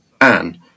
Anne